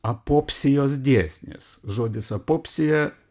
apopsijos dėsnis žodis apopsija